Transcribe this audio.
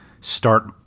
start